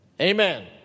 Amen